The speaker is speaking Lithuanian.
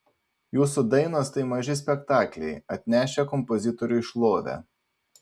jūsų dainos tai maži spektakliai atnešę kompozitoriui šlovę